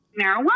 marijuana